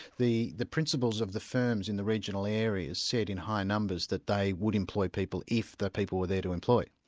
the the principals of the firms in the regional areas said in high numbers that they would employ people if the people were there to employ.